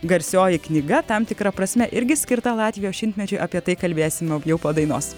garsioji knyga tam tikra prasme irgi skirta latvijos šimtmečiui apie tai kalbėsim jau jau po dainos